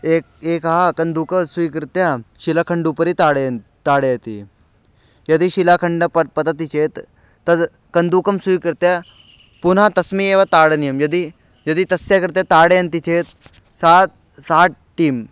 एकः एकः कन्दुकं क स्वीकृत्य शिलखण्ड उपरि ताडयन् ताडयति यदि शिलाखण्डं पत् पतति चेत् तद् कन्दुकं स्वीकृत्य पुनः तस्मिन् एव ताडनीयं यदि यदि तस्य कृते ताडयन्ति चेत् सा सा टीम्